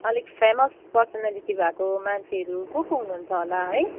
अलिक famous personality भएको मान्छेहरू को को हुनुहुन्छ होला है